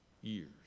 years